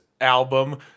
album